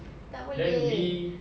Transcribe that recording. tak boleh